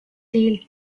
dale